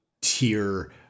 tier